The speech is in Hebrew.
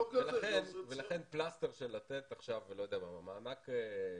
ולכן פלסטר של לתת עכשיו מענק חודשי,